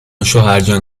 شوهرجان